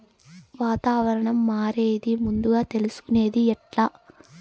వాతావరణం మారేది ముందుగా తెలుసుకొనేది ఎట్లా?